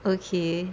okay